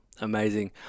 amazing